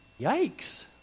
Yikes